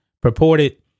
purported